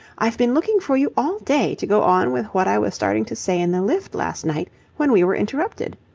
i've been looking for you all day to go on with what i was starting to say in the lift last night when we were interrupted.